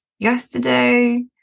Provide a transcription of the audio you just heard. yesterday